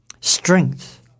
strength